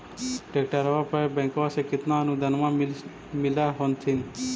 ट्रैक्टरबा पर बैंकबा से कितना अनुदन्मा मिल होत्थिन?